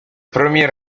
premier